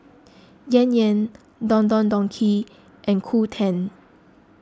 Yan Yan Don Don Donki and Qoo ten